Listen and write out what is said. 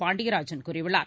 பாண்டியராஜன் கூறியுள்ளார்